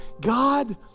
God